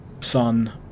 Sun